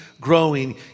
growing